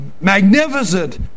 magnificent